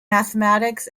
mathematics